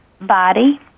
body